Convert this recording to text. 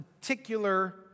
particular